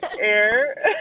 air